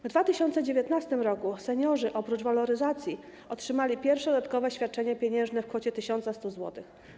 W 2019 r. seniorzy, oprócz waloryzacji, otrzymali pierwsze dodatkowe świadczenie pieniężne w kwocie 1100 zł.